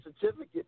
certificate